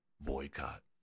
boycott